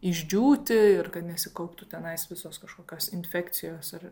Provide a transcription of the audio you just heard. išdžiūti ir kad nesikauptų tenais visos kažkokios infekcijos ar